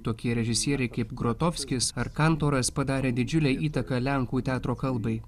tokie režisieriai kaip grotofskis ar kantoras padarė didžiulę įtaką lenkų teatro kalbai